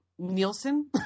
Nielsen